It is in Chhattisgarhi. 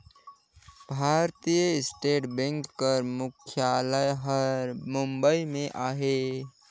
भारतीय स्टेट बेंक कर मुख्यालय हर बंबई में अहे